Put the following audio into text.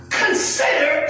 consider